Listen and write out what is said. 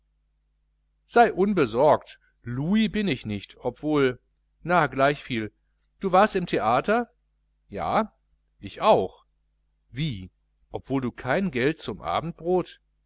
sei unbesorgt louis bin ich nicht obwohl na gleichviel du warst im theater ja ich auch wie obwohl du kein geld zum abendbrot